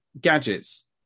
gadgets